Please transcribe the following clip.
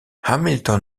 hamilton